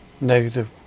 negative